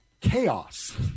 chaos